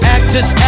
Actors